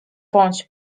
bądź